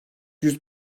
yüz